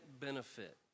benefit